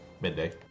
Midday